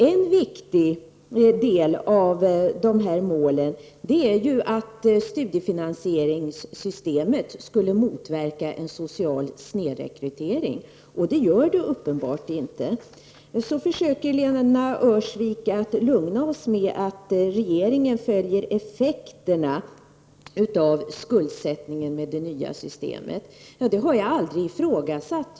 En viktig del är att studiefinansieringssystemet skulle motverka en social snedrekrytering, och det gör systemet uppenbarligen inte. Lena Öhrsvik försöker lugna oss med att säga att regeringen följer effekterna av skuldsättningen med det nya systemet. Det har jag aldrig ifrågasatt.